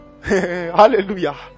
Hallelujah